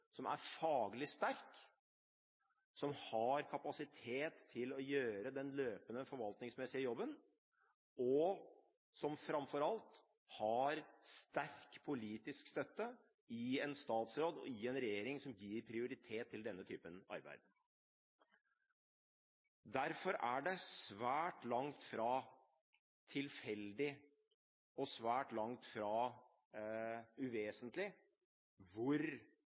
som er faglig sterk, som har kapasitet til å gjøre den løpende, forvaltningsmessige jobben, og som framfor alt har sterk politisk støtte i en statsråd og i en regjering som gir prioritet til denne typen arbeid. Derfor er det svært langt fra tilfeldig og svært langt fra uvesentlig hvor